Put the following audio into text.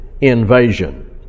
invasion